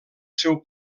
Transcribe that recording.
seu